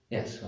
Yes